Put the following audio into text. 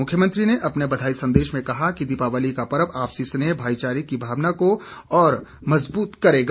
मुख्यमंत्री ने अपने बधाई संदेश में कहा कि दीपावली का पर्व आपसी स्नेह भाईचारे की भावना को और मजबूत करेगा